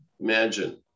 imagine